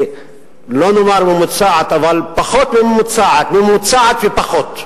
לא נאמר ממוצעת, אבל פחות מממוצעת, ממוצעת ופחות.